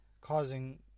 causing